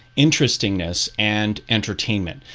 interestingness and entertainment.